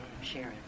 Sharon